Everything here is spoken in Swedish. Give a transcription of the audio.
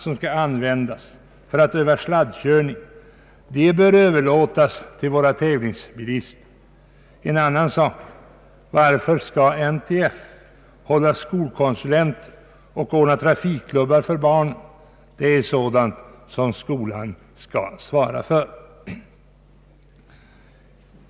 Dessa isbanor för att öva sladdkörning bör överlåtas till våra tävlingsbilister. En annan sak: Varför skall NTF hålla skolkonsulenter och ordna trafikklubbar för barnen? Det är sådana saker som skolan bör svara för.